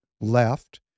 left